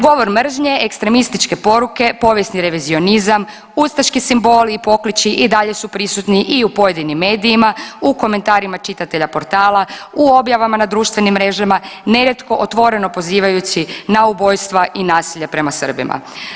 Govor mržnje, ekstremističke poruke, povijesni revizionizam, ustaški simboli i pokliči i dalje su prisutni i u pojedinim medijima, u komentarima čitatelja portala, u objavama na društvenim mrežama nerijetko otvoreno pozivajući na ubojstva i nasilje prema Srbima.